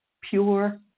pure